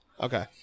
Okay